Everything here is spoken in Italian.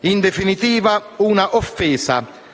In definitiva, un'offesa